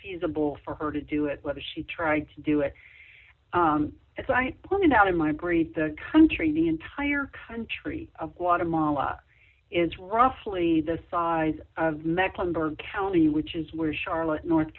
feasible for her to do it whether she tried to do it as i pointed out in my brief the country the entire country want to malala is roughly the size of mecklenburg county which is where charlotte north